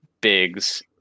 Biggs